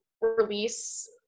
release